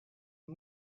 une